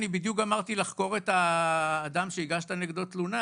אני בדיוק גמרתי לחקור את האדם שהגשת נגדו תלונה,